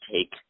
take